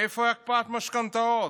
איפה הקפאת משכנתאות?